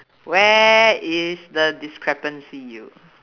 where is the discrepancy